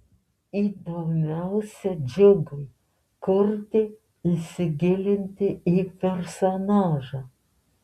įdomiausia džiugui kurti įsigilinti į personažą